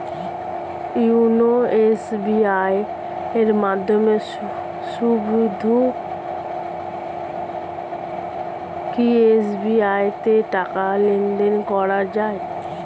YONO SBI এর মাধ্যমে শুধুই কি এস.বি.আই তে টাকা লেনদেন করা যায়?